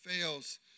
fails